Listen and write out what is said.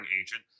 agent